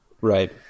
Right